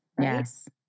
Yes